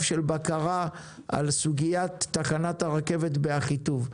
של בקרה על סוגית תחנת הרכבת באחיטוב.